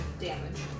damage